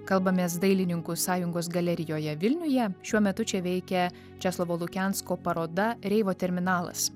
kalbamės dailininkų sąjungos galerijoje vilniuje šiuo metu čia veikia česlovo lukensko paroda reivo terminalas